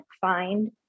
find